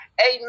Amen